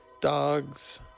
dogs